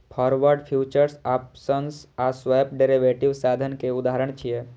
forward, futures, options आ swap derivative साधन के उदाहरण छियै